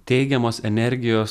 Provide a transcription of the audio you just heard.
teigiamos energijos